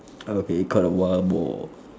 okay caught a wild boar